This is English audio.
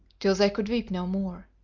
till they could weep no more.